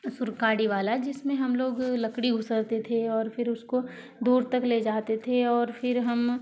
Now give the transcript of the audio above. सुर्काडी वाला जिसमें हम लोग लकड़ी घुसाते थे और फिर उसको दूर तक ले जाते थे और फिर हम